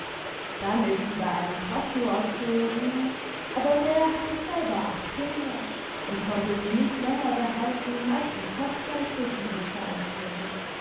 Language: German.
dann ist sie bei einem pastor erzogen aber der hatte selber acht kinder und konnte sie nicht länger behalten als wie kostgeld für sie bezahlt wurde